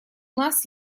нас